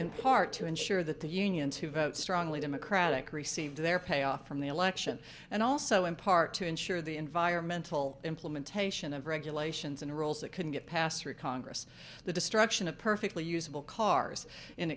in part to ensure that the unions who strongly democratic received their payoff from the election and also in part to ensure the environmental implementation of regulations and rules that couldn't get passed through congress the destruction of perfectly usable cars in